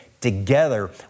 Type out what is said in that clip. Together